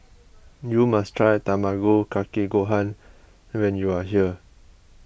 you must try Tamago Kake Gohan when you are here